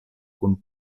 kun